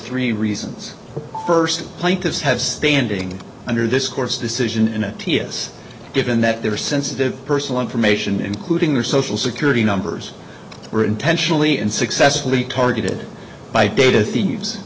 three reasons first plaintiffs have standing under this course decision in a ts given that there are sensitive personal information including their social security numbers were intentionally and successfully targeted by data thieves